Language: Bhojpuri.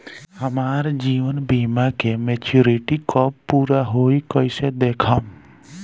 हमार जीवन बीमा के मेचीयोरिटी कब पूरा होई कईसे देखम्?